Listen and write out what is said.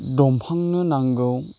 दंफांनो नांगौ